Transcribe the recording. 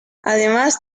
además